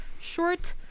short